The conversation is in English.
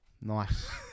nice